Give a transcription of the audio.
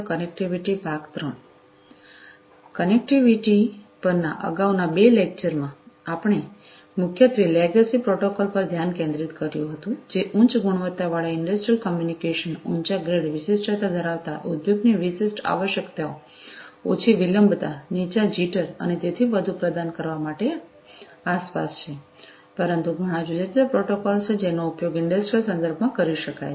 connectivity પરના અગાઉના 2 lecture માં આપણે મુખ્યત્વે લેગસી પ્રોટોકોલ પર ધ્યાન કેન્દ્રિત કર્યું હતું જે ઉચ્ચ ગુણવત્તાવાળા ઇંડસ્ટ્રિયલ કોમ્યુનિકેશન ઊંચા ગ્રેડ વિશિષ્ટતા ધરાવતા ઉદ્યોગની વિશિષ્ટ આવશ્યકતાઓ ઓછી વિલંબિતતા નીચા જિટર અને તેથી વધુ પ્રદાન કરવા માટે આસપાસ છે પરંતુ ઘણાં જુદા જુદા પ્રોટોકોલ્સ છે જેનો ઉપયોગ ઇંડસ્ટ્રિયલ સંદર્ભ માં કરી શકાય છે